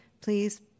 please